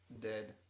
dead